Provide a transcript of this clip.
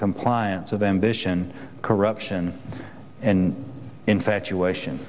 compliance of ambition corruption and infatuation